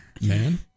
man